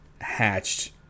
hatched